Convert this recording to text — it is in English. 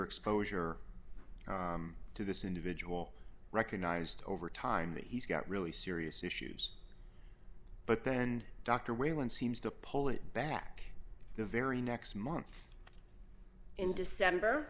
exposure to this individual recognized over time that he's got really serious issues but then dr whalen seems to pull it back the very next month in december